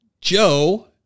Joe